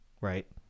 Right